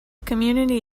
community